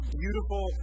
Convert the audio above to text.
beautiful